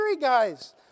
guys